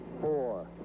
four